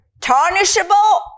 tarnishable